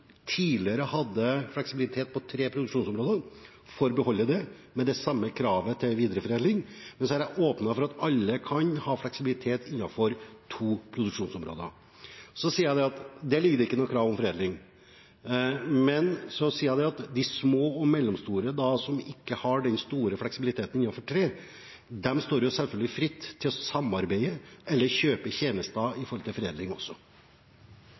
hadde fleksibilitet på tre produksjonsområder, får beholde det, med det samme kravet til videreforedling. Men så har jeg åpnet for at alle kan ha fleksibilitet innenfor to produksjonsområder. Så sier jeg at der ligger det ikke noe krav om foredling, men at hvis små og mellomstore bedrifter som ikke har den store fleksibiliteten, selvfølgelig står fritt til å samarbeide eller kjøpe tjenester også med tanke på foredling.